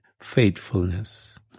faithfulness